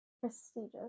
Prestigious